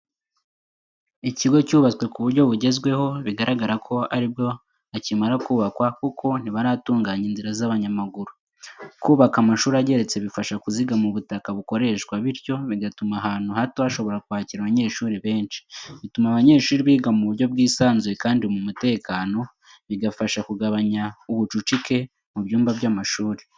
Ikigo cyubatswe ku buryo bugezweho, bigaragara ko ari bwo akimara kubakwa kuko ntibaratunganya inzira z'abanyamaguru. Kubaka amashuri ageretse bifasha kuzigama ubutaka bukoreshwa, bityo bigatuma ahantu hato hashoboka kwakira abanyeshuri benshi. Bituma abanyeshuri biga mu buryo bwisanzuye kandi mu mutekano, bigafasha kugabanya ubucucike mu byumba by’amashuri.